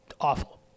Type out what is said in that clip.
awful